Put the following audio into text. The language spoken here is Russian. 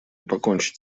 покончить